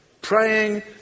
Praying